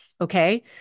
Okay